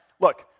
Look